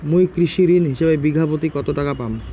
মুই কৃষি ঋণ হিসাবে বিঘা প্রতি কতো টাকা পাম?